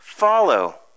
follow